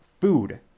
food